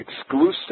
exclusive